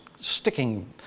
sticking